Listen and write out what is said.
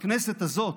בכנסת הזאת,